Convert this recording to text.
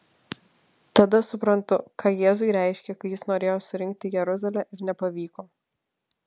tada suprantu ką jėzui reiškė kai jis norėjo surinkti jeruzalę ir nepavyko